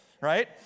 right